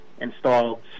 installed